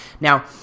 Now